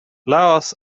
laos